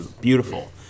beautiful